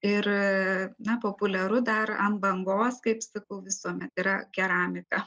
ir na populiaru dar an bangos kaip sakau visuomet yra keramika